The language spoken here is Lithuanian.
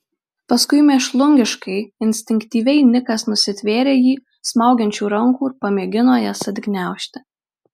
paskui mėšlungiškai instinktyviai nikas nusitvėrė jį smaugiančių rankų ir pamėgino jas atgniaužti